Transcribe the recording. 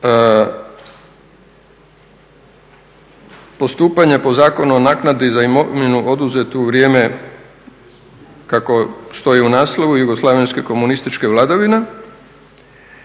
postupanja po Zakonu o naknadi za imovinu oduzetu u vrijeme, kako stoji u naslovu, jugoslavenske komunističke vladavine,